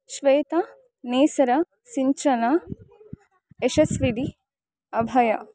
ಶ್ವೇತಾ ನೇಸರ ಸಿಂಚನಾ ಯಶಸ್ವಿದಿ ಅಭಯ